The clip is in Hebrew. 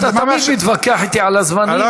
אתה תמיד מתווכח אתי על הזמנים,